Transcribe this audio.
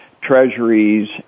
treasuries